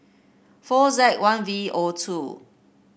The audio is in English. four Z one V O two